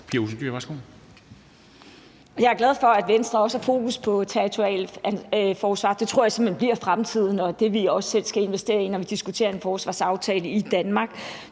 Pia Olsen Dyhr (SF): Jeg er glad for, at Venstre også har fokus på territorialforsvar. Det tror jeg simpelt hen bliver fremtiden og det, vi selv skal investere i, når vi diskuterer en forsvarsaftale i Danmark.